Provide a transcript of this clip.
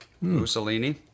Mussolini